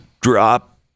drop